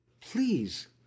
Please